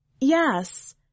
Yes